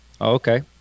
okay